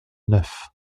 neuf